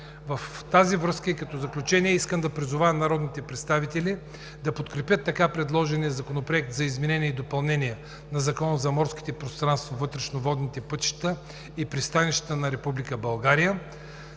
В тази връзка, и като заключение, искам да призова народните представители да подкрепят така предложения законопроект за изменение и допълнение на Закона за морските пространства, вътрешните водни пътища и пристанищата на Република